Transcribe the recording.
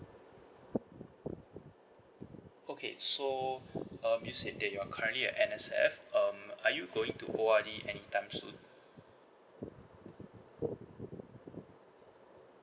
okay so um you said that you're currently an N_S_F um are you going to O_R_D anytime soon